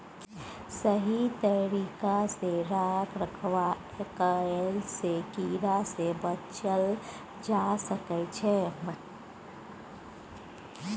सही तरिका सँ रख रखाव कएला सँ कीड़ा सँ बचल जाए सकई छै